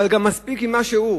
אבל מספיק גם מה שהוא.